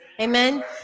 Amen